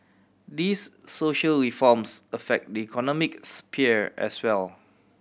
these social reforms affect the economic sphere as well